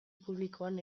publikoan